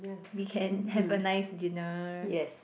we can have a nice dinner